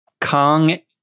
Kong